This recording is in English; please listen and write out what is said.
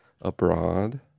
abroad